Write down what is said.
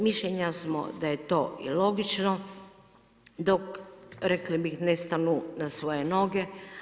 Mišljenja smo da je to i logično dok rekli bi ne stanu na svoje noge.